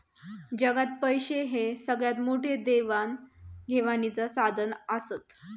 जगात पैशे हे सगळ्यात मोठे देवाण घेवाणीचा साधन आसत